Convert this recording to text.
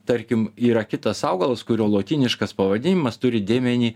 tarkim yra kitas augalas kurio lotyniškas pavadinimas turi dėmenį